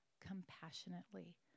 compassionately